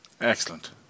Excellent